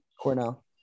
cornell